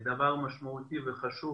דבר משמעותי וחשוב